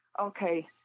okay